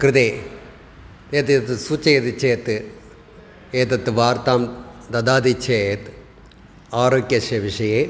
कृते एतद् सूचयति चेत् एतत् वार्तां ददाति चेत् आरोग्यस्य विषये